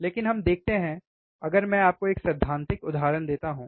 लेकिन हम देखते हैं अगर मैं आपको एक सैद्धांतिक उदाहरण देता हूं